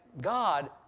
God